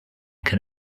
can